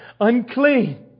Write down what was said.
Unclean